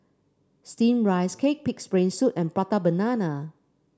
steamed Rice Cake pig's brain soup and Prata Banana